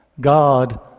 God